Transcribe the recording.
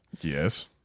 Yes